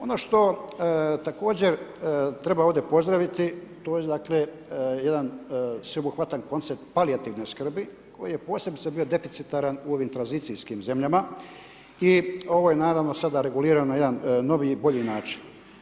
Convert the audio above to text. Ono što također treba ovdje pozdraviti, to je dakle jedan sveobuhvatan koncept palijativne skrbi koji je posebice bio deficitan u ovim tranzicijskim zemljama i ovo je naravno sada regulirano na jedan novi i bolji način.